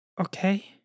okay